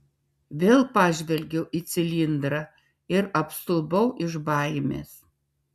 vėl pažvelgiau į cilindrą ir apstulbau iš baimės